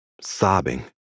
sobbing